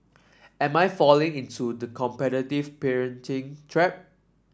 am I falling into the competitive parenting trap